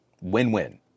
Win-win